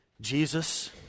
Jesus